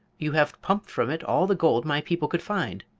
you have pumped from it all the gold my people could find.